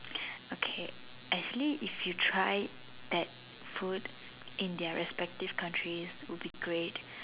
okay actually if you try that food in their respective countries would be great